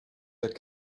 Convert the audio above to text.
that